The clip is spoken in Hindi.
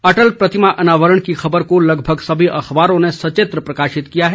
अटल प्रतिमा अनावरण की खबर को लगभग सभी अखबारों ने सचित्र प्रकाशित किया है